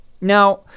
Now